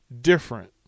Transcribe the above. different